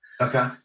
Okay